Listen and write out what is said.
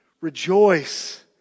rejoice